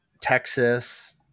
Texas